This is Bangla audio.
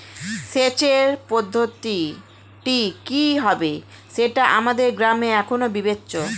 সেচের পদ্ধতিটি কি হবে সেটা আমাদের গ্রামে এখনো বিবেচ্য